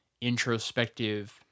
introspective